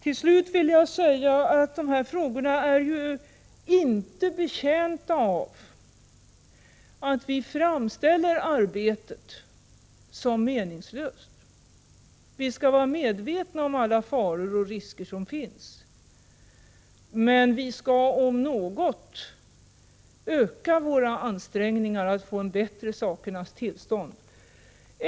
Till slut vill jag säga att de här frågorna ju inte är betjänta av att vi framställer arbetet som meningslöst. Vi skall vara medvetna om alla faror och risker som finns, men vi skall om något öka våra ansträngningar att få ett bättre sakernas tillstånd.